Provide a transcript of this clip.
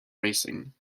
racing